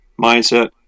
mindset